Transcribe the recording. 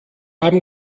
haben